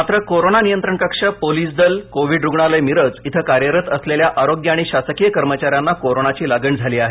मात्र कोरोना नियंत्रण कक्ष पोलीस दल कोव्हिड रुग्णालय मिरज इथं कार्यरत असलेल्या आरोग्य आणि शासकीय कर्मचाऱ्यांना कोरोनाची लागण झाली आहे